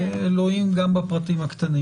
כי אלוהים גם בפרטים הקטנים